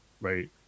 right